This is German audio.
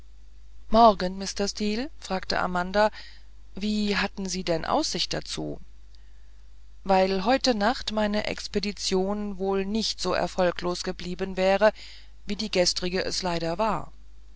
morgen mr steel fragte amanda wie hatten sie denn aussicht dazu weil heute nacht meine expedition wohl nicht so erfolglos geblieben wäre wie die gestrige es leider war